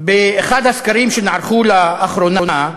באחד הסקרים שנערכו לאחרונה,